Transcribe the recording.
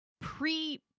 Pre